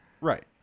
Right